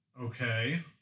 Okay